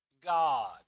God